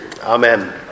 Amen